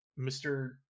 mr